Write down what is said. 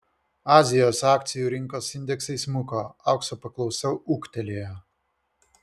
azijos akcijų rinkos indeksai smuko aukso paklausa ūgtelėjo